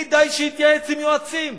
כדאי שיתייעץ עם יועצים,